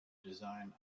design